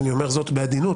ואני אומר זאת בעדינות,